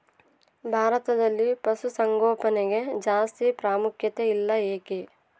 ಭಾರತದಲ್ಲಿ ಪಶುಸಾಂಗೋಪನೆಗೆ ಜಾಸ್ತಿ ಪ್ರಾಮುಖ್ಯತೆ ಇಲ್ಲ ಯಾಕೆ?